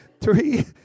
three